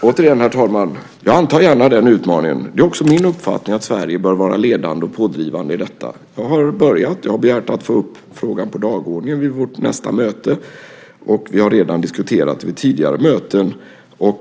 Herr talman! Återigen: Jag antar gärna den utmaningen. Det är också min uppfattning att Sverige bör vara ledande och pådrivande i detta. Jag har börjat. Jag har begärt att få upp frågan på dagordningen vid vårt nästa möte, och vi har redan diskuterat frågan vid tidigare möten.